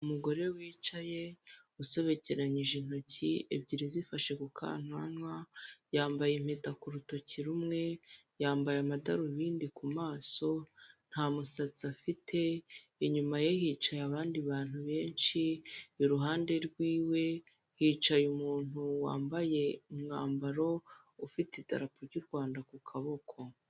Umugore wicaye usobekeranyije intoki ebyiri zifashe ku kananwa, yambaye impeta ku rutoki rumwe, yambaye amadarubindi ku maso, ntamusatsi afite, inyuma ye hicaye abandi bantu benshi, iruhande rwiwe hicaye umuntu wambaye umwambaro ufite idarapo ry'u Rwanda ku kaboko.